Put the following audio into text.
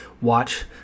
watch